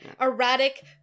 erratic